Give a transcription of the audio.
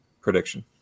prediction